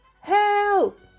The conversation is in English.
help